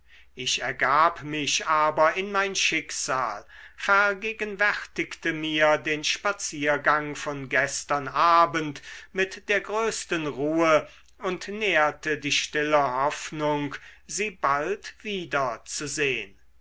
ich ergab mich aber in mein schicksal vergegenwärtigte mir den spaziergang von gestern abend mit der größten ruhe und nährte die stille hoffnung sie bald wieder zu sehn